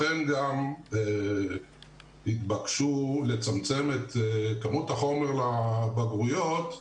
לכן התבקשו לצמצם את כמות החומר לבגרויות ב-30,